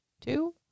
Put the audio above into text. two